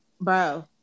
bro